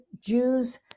Jews